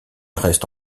reste